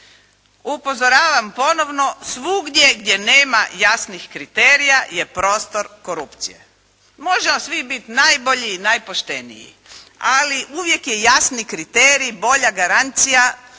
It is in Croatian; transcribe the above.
Upozoravam ponovno, svugdje gdje nema jasnih kriterija je prostor korupcije. Možemo svi biti najbolji i najpošteniji, ali uvijek je jasni kriterij bolja garancija